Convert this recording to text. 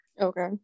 okay